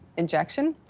injection.